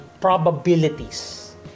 probabilities